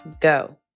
go